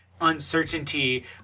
uncertainty